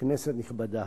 כנסת נכבדה,